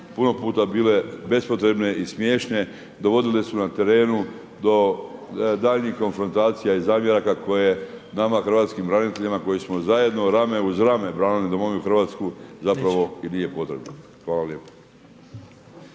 puno puta bile bespotrebne i smiješne. Dovodile su na terenu do daljnjih …/Govornik se ne razumije./… i zamjeraka koje nama hrvatskim braniteljima, koje smo zajedno rame uz rame branili domovinu Hrvatsku, zapravo i nije potrebna. Hvala lijepo.